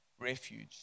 refuge